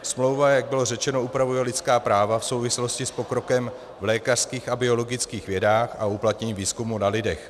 Smlouva, jak bylo řečeno, upravuje lidská práva v souvislosti s pokrokem v lékařských a biologických vědách a uplatnění výzkumu na lidech.